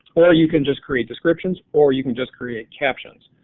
or or you can just create descriptions or you can just create captions.